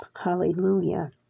Hallelujah